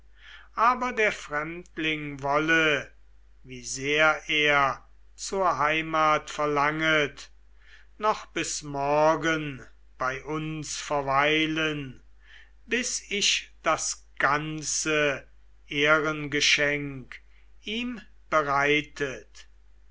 aber der fremdling wolle wie sehr er zur heimat verlanget noch bis morgen bei uns verweilen bis ich das ganze ehrengeschenk ihm bereitet